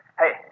Hey